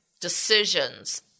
decisions